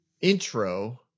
intro